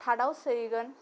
थाराव सोयैगोन